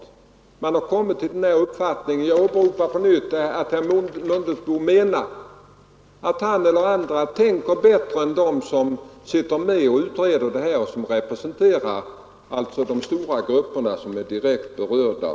Utredningen har ju gjort en bedömning och kommit till den här uppfattningen. Jag upprepar att herr Mundebo tycks mena att han eller vissa andra tänker klarare och bättre än de som suttit med och utrett frågan och som representerar de stora grupper som är berörda.